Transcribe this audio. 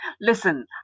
Listen